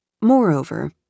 Moreover